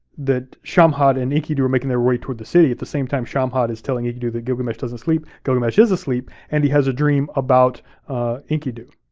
that shamhat and enkidu are making their way toward the city at the same time shamhat is telling enkidu that gilgamesh doesn't sleep, gilgamesh is asleep, and he has a dream about enkidu.